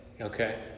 okay